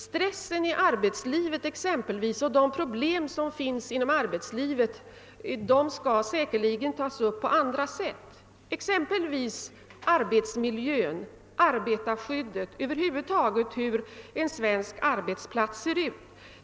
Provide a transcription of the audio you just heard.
Stressen i arbetslivet skall exempelvis tas upp i samband med behandlingen av frågorna om arbetsmiljön, arbetarskyddet och över huvud taget hur en svensk arbetsplats bör se ut.